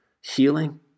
healing